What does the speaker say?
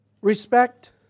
respect